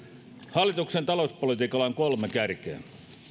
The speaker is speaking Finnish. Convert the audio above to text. hallituksen talouspolitiikalla on kolme kärkeä